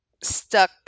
stuck